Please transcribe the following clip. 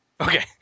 Okay